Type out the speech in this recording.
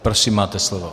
Prosím máte slovo.